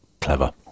Clever